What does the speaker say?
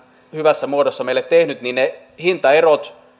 hyvässä muodossa meille tehnyt ne hintaerot